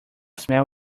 smell